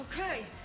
okay